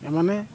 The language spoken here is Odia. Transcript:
ଏମାନେ